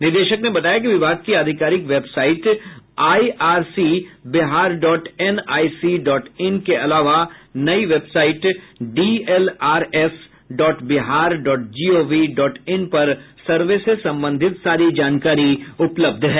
निदेशक ने बताया कि विभाग की आधिकारिक website I R C Bihar dot NIC dot in के अलावा नई website DLRS dot Bihar dot GOV dot in पर सर्वे से संबंधित सारी जानकारी उपलब्ध है